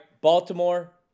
Baltimore